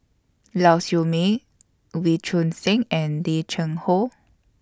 Lau Siew Mei Wee Choon Seng and Lim Cheng Hoe